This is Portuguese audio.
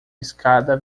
escada